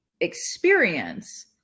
experience